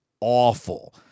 awful